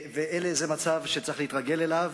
זה מצב שצריך להתרגל אליו.